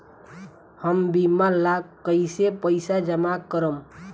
हम बीमा ला कईसे पईसा जमा करम?